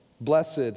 Blessed